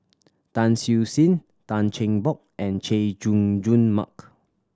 Tan Siew Sin Tan Cheng Bock and Chay Jung Jun Mark